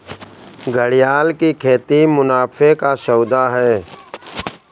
घड़ियाल की खेती मुनाफे का सौदा है